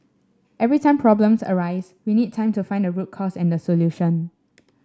every time problems arise we need time to find the root cause and the solution